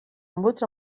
embuts